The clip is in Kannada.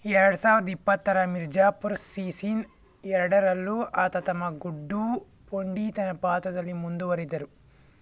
ಎರಡು ಸಾವ್ರ್ದ ಇಪ್ಪತ್ತರ ಮಿರ್ಜಾಪುರ್ ಸೀಸೀನ್ ಎರಡರಲ್ಲೂ ಆತ ತಮ್ಮ ಗುಡ್ಡೂ ಪಂಡಿತನ ಪಾತ್ರದಲ್ಲಿ ಮುಂದುವರಿದರು